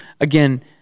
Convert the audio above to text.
again